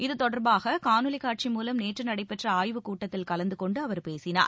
இத்தொடர்பாக காணொலி காட்சி மூலம் நேற்று நடைபெற்ற ஆய்வுக் கூட்டத்தில் கலந்து கோண்டு அவர் பேசினார்